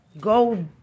Go